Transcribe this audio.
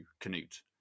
Canute